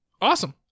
Awesome